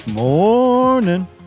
Morning